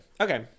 okay